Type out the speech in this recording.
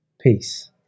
Peace